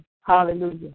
Hallelujah